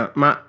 ma